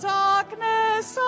darkness